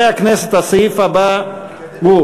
חברי הכנסת, הסעיף הבא הוא: